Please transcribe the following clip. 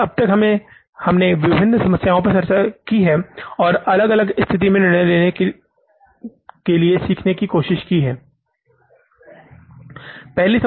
इसलिए अब तक हमने विभिन्न समस्या पर चर्चा की और एक अलग स्थिति में निर्णय लेने के लिए सीखने की कोशिश की